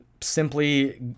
simply